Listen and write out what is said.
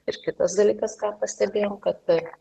ir kitas dalykas ką pastebėjom kad